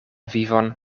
vivon